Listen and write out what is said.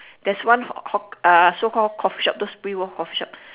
there's one haw~ hawk uh so called coffee shop those pre war coffee shop